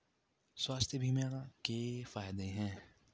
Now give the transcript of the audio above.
स्वास्थ्य बीमा के फायदे हैं?